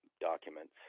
documents